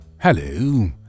Hello